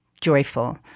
joyful